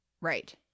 Right